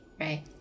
right